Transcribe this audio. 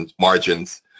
margins